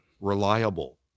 reliable